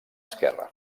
esquerra